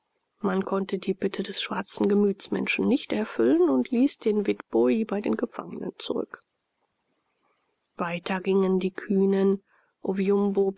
man konnte die bitte des schwarzen gemütsmenschen nicht erfüllen und ließ den witboi bei den gefangenen zurück weiter gingen die kühnen